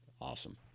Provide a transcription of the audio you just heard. Awesome